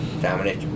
Dominic